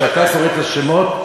כשאתה קורא את השמות,